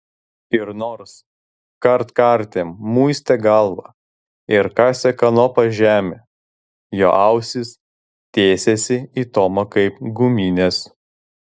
ir nors kartkartėm muistė galvą ir kasė kanopa žemę jo ausys tiesėsi į tomą kaip guminės